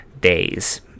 days